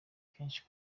kenshi